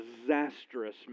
disastrous